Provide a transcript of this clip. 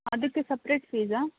ಅದಕ್ಕೆ ಸಪ್ರೇಟ್ ಫೀಸಾ